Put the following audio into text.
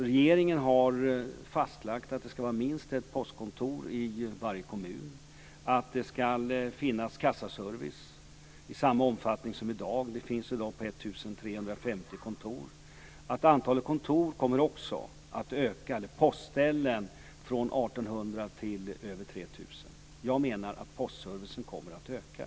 Regeringen har fastlagt att det ska vara minst ett postkontor i varje kommun och att det ska finnas kassaservice i samma omfattning som i dag. Det finns i dag på 1 350 kontor. Antalet kontor eller postställen kommer också att öka från 1 800 till över 3 000. Jag menar att postservicen kommer att öka.